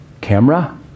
camera